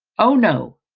oh no!